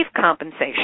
compensation